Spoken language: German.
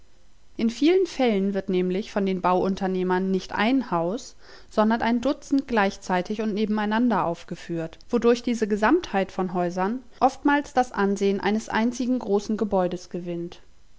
in vielen fällen wird nämlich von den bauunternehmern nicht ein haus sondern ein dutzend gleichzeitig und nebeneinander aufgeführt wodurch diese gesamtheit von häusern oftmals das ansehn eines einzigen großen gebäudes gewinnt